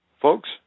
Folks